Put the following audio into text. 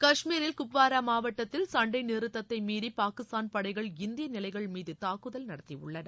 கஷ்மீரில் குப்வாரா மாவட்டத்தில் சண்டை நிறுத்தத்தை மீறி பாகிஸ்தான் படைகள் இந்திய நிலைகள் மீது தாக்குதல் நடத்தியுள்ளன